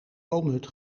boomhut